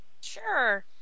Sure